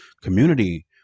community